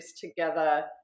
together